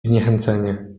zniechęcenie